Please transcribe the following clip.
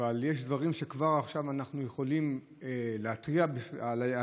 אבל יש דברים שכבר עכשיו אנחנו יכולים להתריע עליהם,